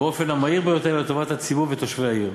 באופן המהיר ביותר, לטובת הציבור ותושבי העיר,